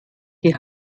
die